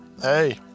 hey